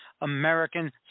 American